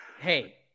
Hey